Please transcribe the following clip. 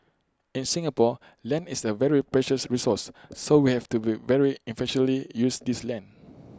in Singapore land is A very precious resource so we have to be very efficiently use this land